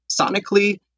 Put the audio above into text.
sonically